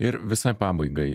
ir visai pabaigai